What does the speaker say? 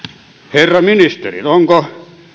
herra ministeri onko